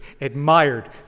admired